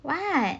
what